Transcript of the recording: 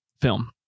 film